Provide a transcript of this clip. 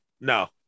No